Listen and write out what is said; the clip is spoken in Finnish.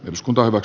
jotkut ovat